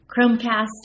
Chromecast